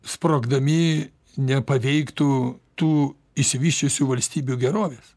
sprogdami nepaveiktų tų išsivysčiusių valstybių gerovės